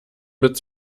mit